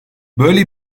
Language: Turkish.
böyle